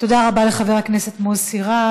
תודה רבה לחבר הכנסת מוסי רז.